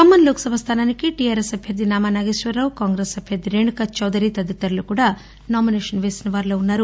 ఖమ్మం లోక్సభ స్థానానికి టీఆర్ఎస్ అభ్యర్థి నామా నాగేశ్వరరావు కాంగ్రెస్ అభ్యర్థి రేణుకాచౌదరి తదితరులు కూడా నామినేషన్ వేసిన వారిలో వున్నారు